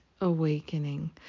awakening